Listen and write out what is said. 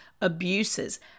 abuses